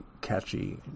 catchy